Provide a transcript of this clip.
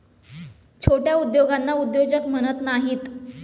छोट्या उद्योगांना उद्योजक म्हणत नाहीत